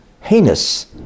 heinous